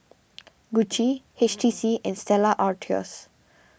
Gucci H T C and Stella Artois